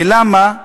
ולמה?